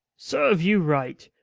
serve you right!